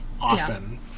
often